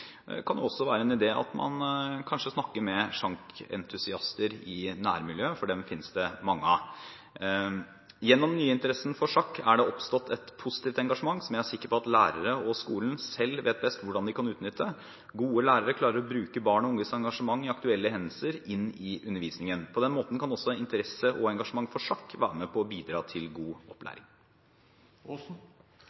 Det kan også være en idé at man snakker med sjakkentusiaster i nærmiljøet, for dem finnes det mange av. Gjennom den nye interessen for sjakk er det oppstått et positivt engasjement som jeg er sikker på at lærerne og skolene selv vet best hvordan de kan utnytte. Gode lærere klarer å bruke barn og unges engasjement i aktuelle hendelser inn i undervisningen. På den måten kan også interesse og engasjement for sjakk være med på å bidra til god